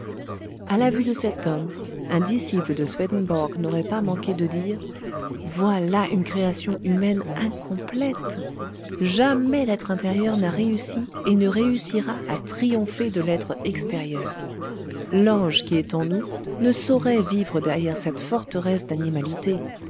a la vue de cet homme un disciple de swedenborg n'aurait pas manqué de dire voilà une création humaine incomplète jamais l'être intérieur n'a réussi et ne réussira à triompher de l'être extérieur l'ange qui est en nous ne saurait vivre derrière cette forteresse d'animalité